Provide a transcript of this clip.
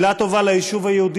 שלא משתלטים על בעיות התחבורה.